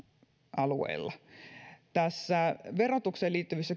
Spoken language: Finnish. alueella näissä verotukseen liittyvissä